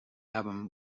album